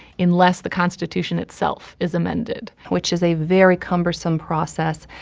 unless the constitution itself is amended. which is a very cumbersome process.